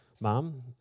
Mom